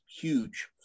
huge